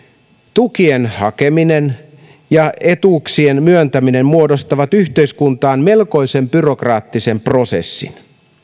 tukien hakeminen ja etuuksien myöntäminen muodostavat yhteiskuntaan melkoisen byrokraattisen prosessin